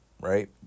right